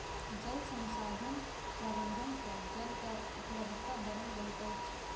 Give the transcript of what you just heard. जल संसाधन प्रबंधन सँ जलक उपलब्धता बनल रहैत अछि